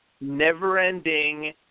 never-ending